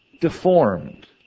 deformed